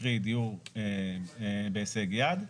קרי דיור בהישג יד,